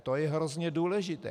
To je hrozně důležité.